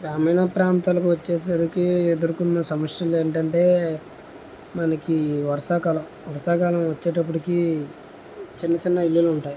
గ్రామీణ ప్రాంతాలకు వచ్చేసరికి ఎదుర్కున్న సమస్యలు ఏంటంటే మనకి ఈ వర్షాకాలం వర్షాకాలం వచ్చేటప్పటికి చిన్న చిన్న ఇల్లులు ఉంటాయి